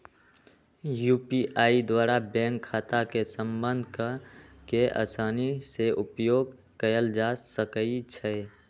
UPI द्वारा bank खता के संबद्ध कऽ के असानी से उपयोग कयल जा सकइ छै